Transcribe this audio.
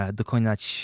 dokonać